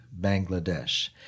Bangladesh